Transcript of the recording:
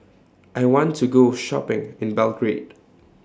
I want to Go Shopping in Belgrade